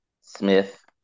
Smith